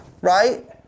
Right